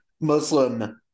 Muslim